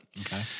Okay